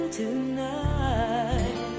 tonight